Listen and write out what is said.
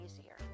easier